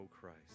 Christ